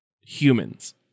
humans